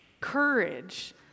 courage